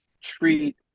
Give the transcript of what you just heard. treat